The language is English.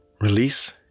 Release